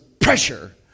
pressure